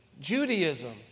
Judaism